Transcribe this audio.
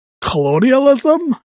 colonialism